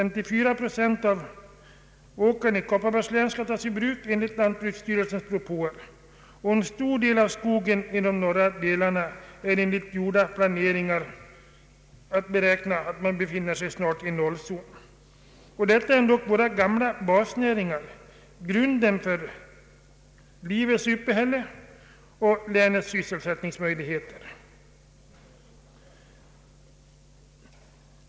54 procent av åkern i Kopparbergs län skall tas ur bruk enligt lantbruksstyrelsens propåer, och en stor del av skogen i de norra delarna befinner sig enligt gjord planering snart i nollzon. Detta är ändock våra gamla basnäringar — grunden för livets uppehälle och länets sysselsättningsmöjligheter.